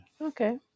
Okay